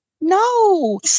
No